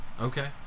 okay